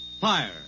fire